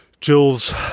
Jill's